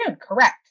correct